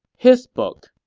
his book.